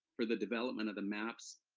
for the development of the maps.